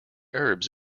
herbs